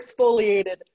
exfoliated